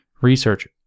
research